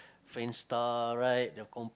Friendster right the com~